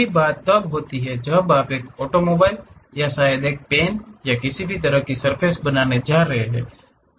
यही बात तब होती है जब आप एक ऑटोमोबाइल या शायद एक पेन या किसी भी तरह की सर्फ़ेस बनाने जा रहे हों